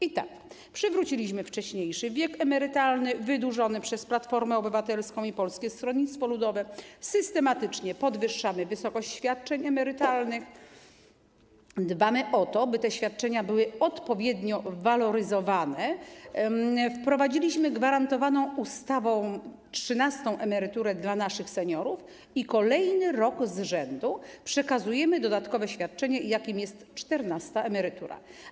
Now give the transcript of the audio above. I tak: przywróciliśmy wcześniejszy wiek emerytalny wydłużony przez Platformę Obywatelską i Polskie Stronnictwo Ludowe, systematycznie podwyższamy wysokość świadczeń emerytalnych, dbamy o to, by były one odpowiednio waloryzowane, wprowadziliśmy gwarantowaną ustawą trzynastą emeryturę dla naszych seniorów i kolejny rok z rzędu przekazujemy dodatkowe świadczenie, jakim jest czternasta emerytura.